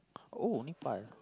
oh only pile